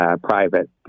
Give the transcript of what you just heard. private